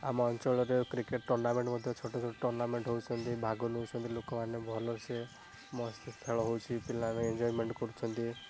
ଆମ ଅଞ୍ଚଳରେ cricket tournament ମଧ୍ୟ ଛୋଟ ଛୋଟ ଟୁର୍ଣ୍ଣାମେଣ୍ଟ ହଉଛନ୍ତି ଭାଗ ନଉଛନ୍ତି ଲୋକମାନେ ଭଲସେ ମସ୍ତ ଖେଳ ହଉଛି ପିଲାମାନେ ଏଞ୍ଜୟମେଣ୍ଟ କରୁଛନ୍ତି